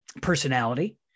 personality